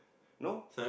no